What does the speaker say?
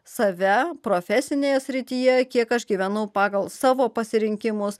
save profesinėje srityje kiek aš gyvenu pagal savo pasirinkimus